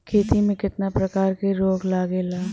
खेती में कितना प्रकार के रोग लगेला?